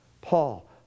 Paul